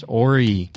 ori